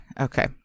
Okay